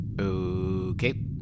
Okay